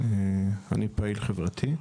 שלום לחברי הוועדה.